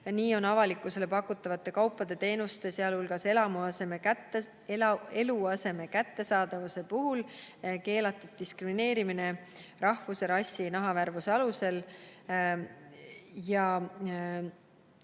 Nii on avalikkusele pakutavate kaupade-teenuste, sh eluaseme kättesaadavuse puhul keelatud diskrimineerimine rahvuse, rassi, nahavärvuse alusel.